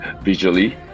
visually